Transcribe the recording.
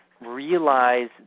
realize